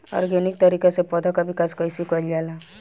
Organic तरीका से पौधा क विकास कइसे कईल जाला?